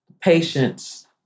patience